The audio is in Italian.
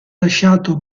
lasciato